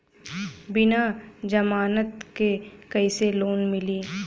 बिना जमानत क कइसे लोन मिली?